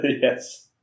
Yes